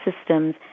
systems